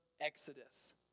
exodus